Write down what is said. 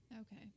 Okay